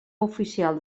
oficial